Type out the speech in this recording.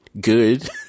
good